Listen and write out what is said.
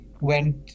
went